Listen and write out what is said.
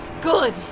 Good